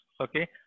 Okay